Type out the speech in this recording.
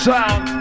Sound